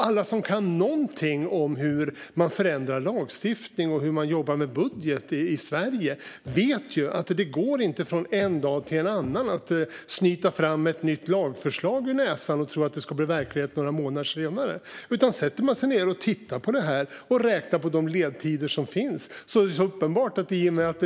Alla som kan någonting om hur man ändrar lagstiftning och jobbar med budget i Sverige vet ju att det inte går att från en dag till en annan snyta fram ett nytt lagförslag ur näsan och tro att det ska bli verklighet några månader senare. Om man sätter sig och tittar på det här och räknar på de ledtider som finns blir det uppenbart.